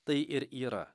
tai ir yra